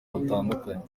batandukanye